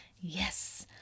Yes